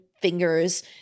fingers